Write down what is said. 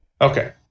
okay